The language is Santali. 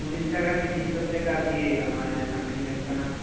ᱩᱱᱤᱥ ᱴᱟᱠᱟ ᱠᱮᱡᱤ ᱦᱤᱥᱟᱹᱵ ᱛᱮᱜᱮ ᱟᱨᱠᱤ ᱟᱹᱠᱷᱨᱤᱧ ᱦᱩᱭᱩᱜ ᱠᱟᱱᱟ